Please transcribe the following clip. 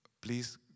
Please